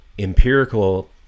empirical